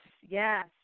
yes